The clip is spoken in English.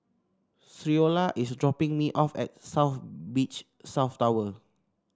Creola is dropping me off at South Beach South Tower